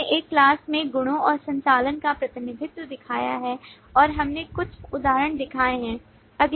हमने एक class में गुणों और संचालन का प्रतिनिधित्व दिखाया है और हमने कुछ उदाहरण दिखाए हैं